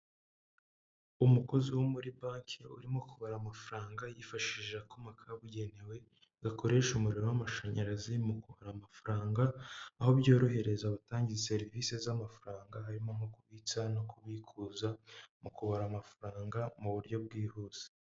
Umukozi wo muri banki urimo kubara amafaranga yifashishije akuma kabugenewe gakoresha umuriro w'amashanyarazi mu kubara amafaranga, aho byorohereza abatanga izi serivisi z'amafaranga, harimo nko kubitsa no kubikuza, mu kubara amafaranga mu buryo bwihuse.